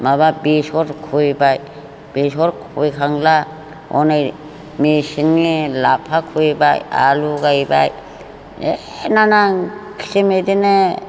माबा बेसर खुबैबाय बेसर खुबैखांब्ला हनै मेसेंनि लाफा खुबैबाय आलु गायबाय ए ना ना खिसिम बिदिनो